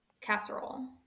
casserole